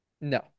No